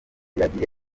yagiye